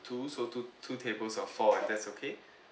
two so two two tables of four if that's okay